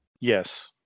yes